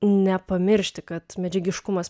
nepamiršti kad medžiagiškumas